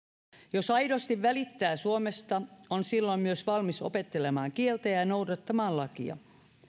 jos aidosti välittää suomesta on silloin myös valmis opettelemaan kieltä ja ja noudattamaan lakia